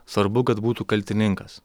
svarbu kad būtų kaltininkas